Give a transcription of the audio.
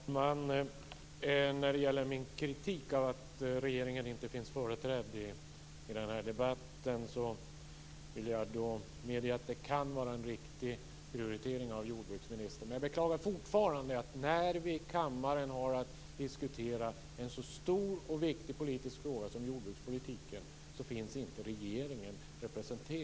Herr talman! När det gäller min kritik av att regeringen inte är företrädd i debatten, vill jag meddela att det kan vara en riktig prioritering av jordbruksministern. Men jag beklagar fortfarande att regeringen inte finns representerad när vi har att diskutera en så stor och viktig fråga som jordbrukspolitiken. Jag beklagar det djupt.